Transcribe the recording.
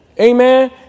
Amen